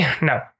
No